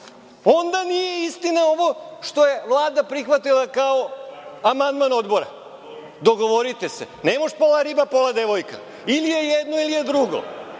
onda nije istina ovo što je Vlada prihvatila kao amandman Odbora. Dogovorite se. Ne može pola riba, pola devojka. Ili je jedno, ili je drugo.